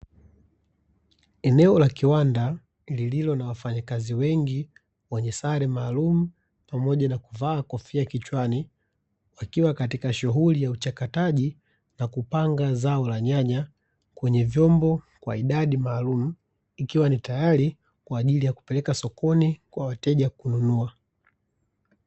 Eneo la kiwanda lililo na wafanyakazi wengi wenye sare maalumu pamoja na kuvaa kofia kichwani wakiwa katika shughuli ya uchakataji na kupanga zao la nyanya kwenye vyombo kwa idadi maalumu, ikiwa ni tayari kwaajili ya kupeleka sokoni kwa wateja kununua.